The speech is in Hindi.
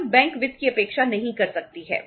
फर्म बैंक वित्त की अपेक्षा नहीं कर सकती है